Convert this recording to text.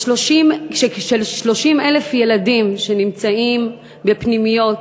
של 30,000 ילדים שנמצאים בפנימיות,